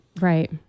Right